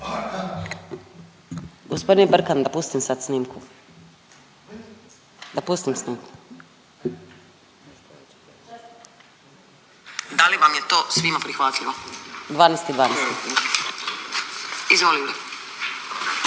Gospodine Brkan, da pustim sad snimku, da pustim snimku. …/Snimka: Da li vam je to svima prihvatljivo?/… 12.12. …/Snimka: